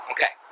Okay